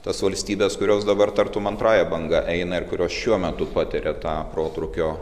tas valstybes kurios dabar tartum antrąja banga eina ir kurios šiuo metu patiria tą protrūkio